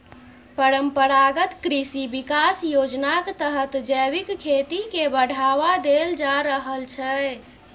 परंपरागत कृषि बिकास योजनाक तहत जैबिक खेती केँ बढ़ावा देल जा रहल छै